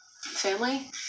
Family